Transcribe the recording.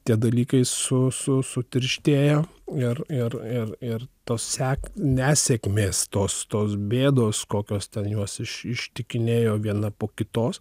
tie dalykai su su sutirštėja ir ir ir ir tos sek nesėkmės tos tos bėdos kokios ten juos iš ištikinėjo viena po kitos